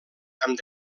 amb